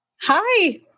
Hi